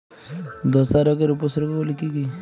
ধসা রোগের উপসর্গগুলি কি কি?